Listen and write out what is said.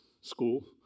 School